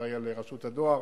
אחראי על רשות הדואר,